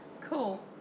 Cool